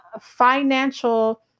financial